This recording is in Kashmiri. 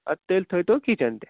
اَدٕ تیٚلہِ تھٲوتو کِچن تہِ